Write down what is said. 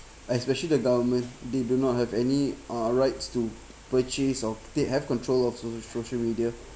especially the government they do not have any uh rights to purchase or they have control of so~ social media